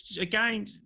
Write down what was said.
again